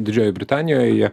didžiojoj britanijoje